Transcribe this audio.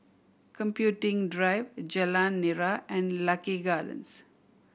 Computing Drive Jalan Nira and Lucky Gardens